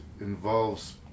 involves